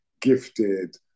gifted